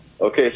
Okay